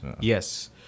Yes